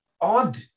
odd